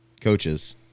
coaches